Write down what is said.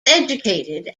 educated